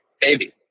baby